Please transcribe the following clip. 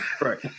right